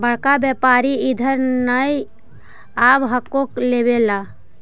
बड़का व्यापारि इधर नय आब हको लेबे ला?